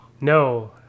No